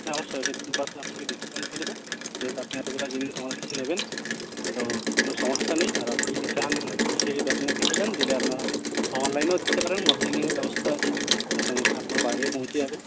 হ্যাঁ অবশ্যই সে পার্সেন্ট আপনাকে ডিসকাউন্ট দিয়ে দেবো যেহেতু আপনি এতগুলো জিনিস আমার কাছে নেবেন তো কোনো সমস্যা নেই আর আপনি যদি চান এসে দোকানে দেখে যান দিলে আপনার অনলাইনেও দিতে পারেন অনলাইনেরও ব্যবস্থা আছে আর সঙ্গে সঙ্গে আপনার বাড়িও পৌঁছে যাবে